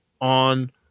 on